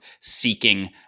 seeking